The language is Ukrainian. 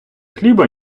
хліба